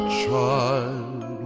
child